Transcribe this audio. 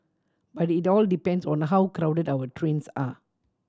but it all depends on how crowded our trains are